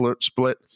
split